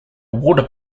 water